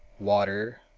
water,